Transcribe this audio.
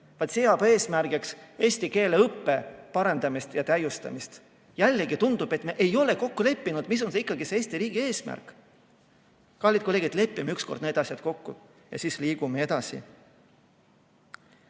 vaid seab eesmärgiks eesti keele õppe parandamise ja täiustamise. Jällegi tundub, et me ei ole kokku leppinud, mis on ikkagi Eesti riigi eesmärk. Kallid kolleegid, lepime üks kord need asjad kokku ja siis liigume edasi!